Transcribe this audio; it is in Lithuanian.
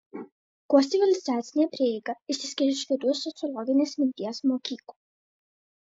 kuo civilizacinė prieiga išsiskiria iš kitų sociologinės minties mokyklų